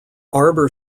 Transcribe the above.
arbour